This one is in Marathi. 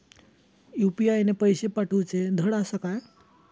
यू.पी.आय ने पैशे पाठवूचे धड आसा काय?